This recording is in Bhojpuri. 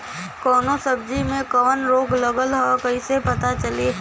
कौनो सब्ज़ी में कवन रोग लागल ह कईसे पता चली?